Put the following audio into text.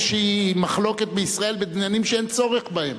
מחלוקת בישראל בעניינים שאין צורך בהם?